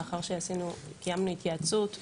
לאחר שקיימנו התייעצות נוספת,